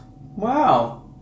Wow